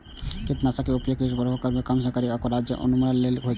कीटनाशक के उपयोग कीड़ाक प्रभाव कें कम करै अथवा ओकर उन्मूलन लेल होइ छै